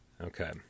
Okay